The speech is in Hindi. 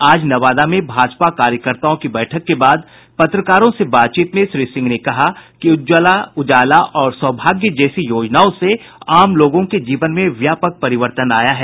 आज नवादा में भाजपा कार्यकर्ताओं की बैठक के बाद पत्रकारों से बातचीत में श्री सिंह ने कहा कि उज्जवला उजाला और सौभाग्य जैसी योजनाओं से आम लोगों के जीवन में व्यापक परिवर्तन आया है